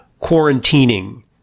quarantining